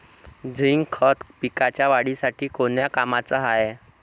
Zinc खत पिकाच्या वाढीसाठी कोन्या कामाचं हाये?